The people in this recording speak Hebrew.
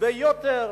ביתר